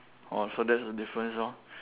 orh so that's the difference lor